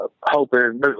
hoping